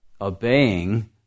obeying